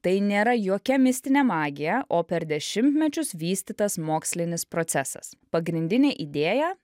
tai nėra jokia mistinė magija o per dešimtmečius vystytas mokslinis procesas pagrindinė idėja